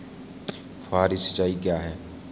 फुहारी सिंचाई क्या है?